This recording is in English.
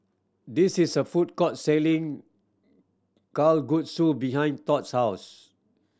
this is a food court selling Kalguksu behind Tod's house